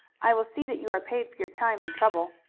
i will see that you are paid for your time and trouble.